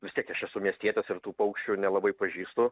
vis tiek aš esu miestietis ir tų paukščių nelabai pažįstu